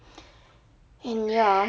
and ya